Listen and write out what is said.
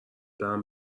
برم